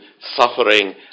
suffering